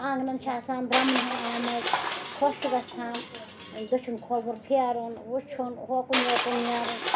آنٛگنَن چھِ آسان درٛمنہٕ ہن آمٕژ خۄش چھُ گَژھان دٔچھُن کھووُر پھیرُن وٕچھُن ہوکُن یوکُن نیرُن